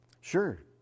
Sure